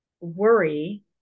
worry